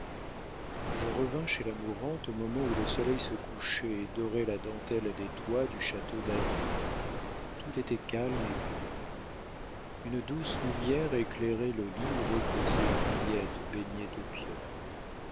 je revins chez la mourante au moment où le soleil se couchait et dorait la dentelle des toits du château d'azay tout était calme et pur une douce lumière éclairait le lit où reposait henriette baignée d'opium